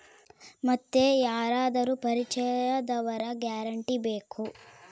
ಮತ್ತೆ ಯಾರಾದರೂ ಪರಿಚಯದವರ ಗ್ಯಾರಂಟಿ ಬೇಕಾ?